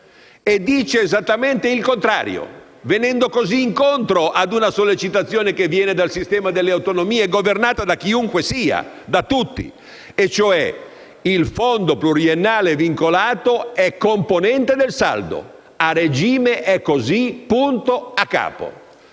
e dice esattamente il contrario, venendo così incontro a una sollecitazione che viene dal sistema delle autonomie, governato da chiunque sia, da tutti: dice che il fondo pluriennale vincolato è componente del saldo. A regime è così, punto a capo.